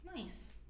nice